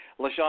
LaShawn